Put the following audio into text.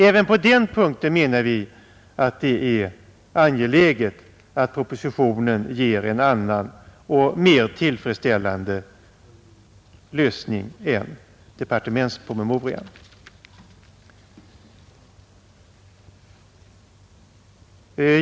Även på den punkten menar vi att det är angeläget att propositionen ger en annan och mer tillfredsställande lösning än departementspromemorian.